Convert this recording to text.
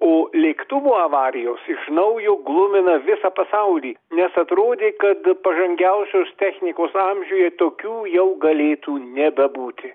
o lėktuvo avarijos iš naujo glumina visą pasaulį nes atrodė kad pažangiausios technikos amžiuje tokių jau galėtų nebebūti